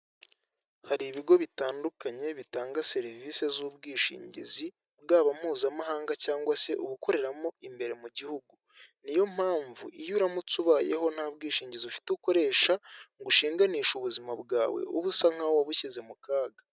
Hari ibigo bitandukanye bitanga serivise z'ubwishingizi, bwaba mpuzamahanga cyangwa se ubukoreramo imbere mu gihugu, niyo mpamvu iyo uramutse ubayeho ntabwishingizi ufite ukoresha ngo ushinganishe ubuzima bwawe, uba usa nk'uwabushyize mu kaga.